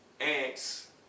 ants